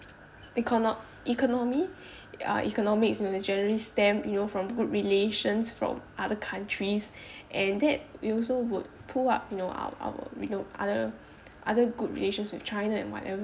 econo~ economy uh economics generally stem you know from good relations from other countries and that we also would pull up you know ou~ our you know other other good relations with china and whatever